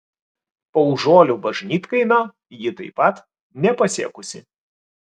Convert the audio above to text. paužuolių bažnytkaimio ji taip pat nepasiekusi